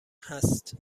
هست